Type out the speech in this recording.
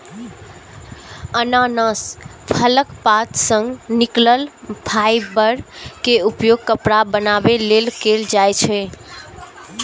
अनानास फलक पात सं निकलल फाइबर के उपयोग कपड़ा बनाबै लेल कैल जाइ छै